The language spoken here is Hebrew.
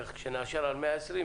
כשנאשר על 120,